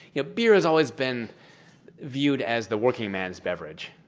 yeah beer has always been viewed as the working man's beverage,